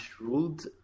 ruled